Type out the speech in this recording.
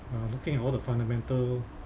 um looking at all the fundamental